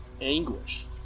anguish